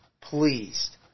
pleased